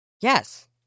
Yes